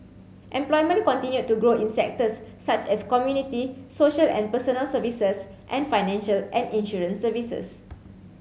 employment continued to grow in sectors such as community social and personal services and financial and insurance services